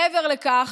מעבר לכך,